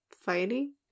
fighting